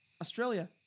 Australia